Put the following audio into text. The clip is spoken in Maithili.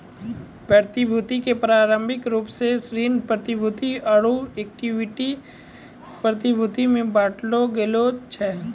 प्रतिभूति के पारंपरिक रूपो से ऋण प्रतिभूति आरु इक्विटी प्रतिभूति मे बांटलो गेलो छै